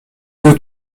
deux